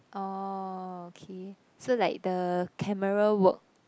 orh okay so like the camera work